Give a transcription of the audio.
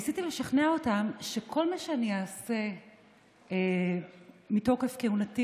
ניסיתי לשכנע אותן שכל מה שאני אעשה מתוקף כהונתי